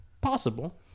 possible